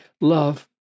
love